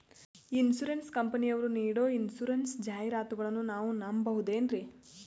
Insurance ಕಂಪನಿಯರು ನೀಡೋ insurance ಜಾಹಿರಾತುಗಳನ್ನು ನಾವು ನಂಬಹುದೇನ್ರಿ?